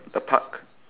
the park